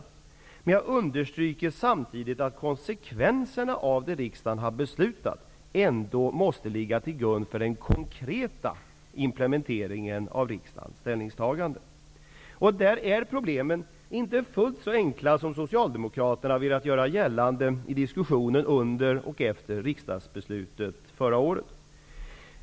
Samtidigt vill jag understryka att konsekvenserna av det som riksdagen har beslutat om ändå måste ligga till grund för den konkreta implementeringen av riksdagens ställningstagande. I det sammanhanget är problemen inte fullt så enkla som Socialdemokraterna velat göra gällande i diskussionen i samband med och efter riksdagsbeslutet förra året.